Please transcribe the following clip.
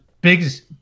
biggest